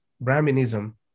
Brahminism